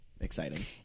exciting